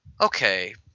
okay